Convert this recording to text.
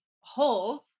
holes